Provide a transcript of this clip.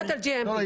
לא.